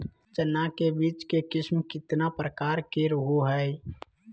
चना के बीज के किस्म कितना प्रकार के रहो हय?